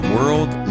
World